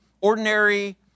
ordinary